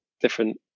different